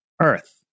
Earth